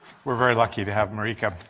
we are very lucky to have marika.